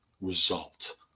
result